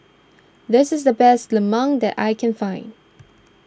this is the best Lemang that I can find